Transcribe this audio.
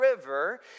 river